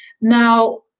Now